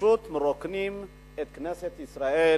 פשוט מרוקנים את כנסת ישראל